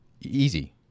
Easy